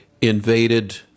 invaded